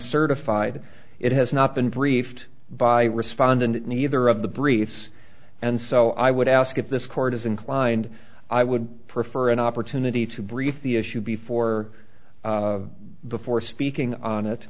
uncertified it has not been briefed by respondent neither of the briefs and so i would ask if this court is inclined i would prefer an opportunity to brief the issue before the for speaking on